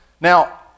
Now